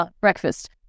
breakfast